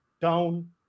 down